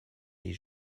les